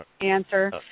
answer